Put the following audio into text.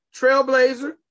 Trailblazer